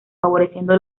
favoreciendo